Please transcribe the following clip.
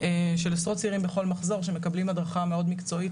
עם עשרות צעירים בכל מחזור שמקבלים הדרכה מאוד מקצועית,